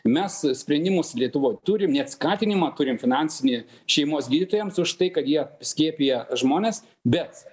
mes sprendimus lietuvoj turim net skatinimą turim finansinį šeimos gydytojams už tai kad jie skiepija žmones bet